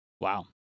Wow